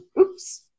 oops